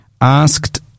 asked